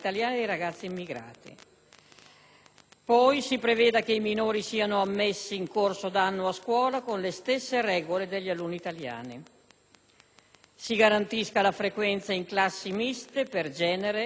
Poi, si preveda che i minori siano ammessi in corso d'anno a scuola con le stesse regole degli alunni italiani; si garantisca la frequenza in classi miste per genere, etnia, lingua, religione